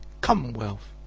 commonwealth,